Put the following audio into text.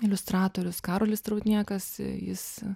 iliustratorius karolis niekas jis